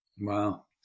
Wow